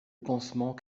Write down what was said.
pansement